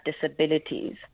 disabilities